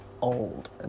old